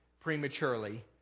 prematurely